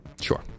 Sure